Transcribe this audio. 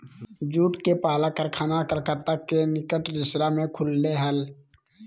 jute के पहला कारखाना कलकत्ता के निकट रिसरा में खुल लय हल